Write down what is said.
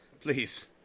Please